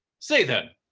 say then,